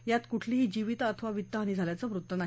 यात कुठलीही जीवित अथवा वित्तहानी झाल्याचं वृत्त नाही